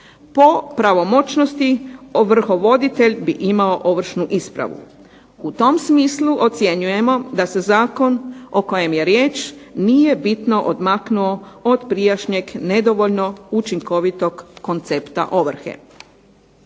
Po pravomoćnosti ovrhovoditelj bi imao ovršnu ispravu. U tom smislu ocjenjujemo da se zakon o kojem je riječ nije bitno odmaknuo od prijašnjeg nedovoljno učinkovitog koncepta ovrhe.